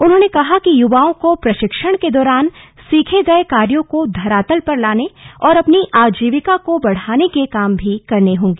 उन्होंने कहा कि युवाओं को प्रशिक्षण के दौरान सीखे गये कार्यो को धरातल पर लाने और अपनी आजीविका को बढ़ाने के लिए काम करना होगा